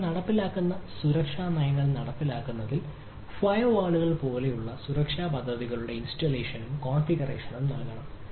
നയങ്ങൾ നടപ്പിലാക്കുന്ന സുരക്ഷാ നയങ്ങൾ നടപ്പിലാക്കുന്നതിൽ ഫയർവാളുകൾ പോലുള്ള സുരക്ഷാ നടപടികളുടെ ഇൻസ്റ്റാളേഷനും കോൺഫിഗറേഷനും നൽകണം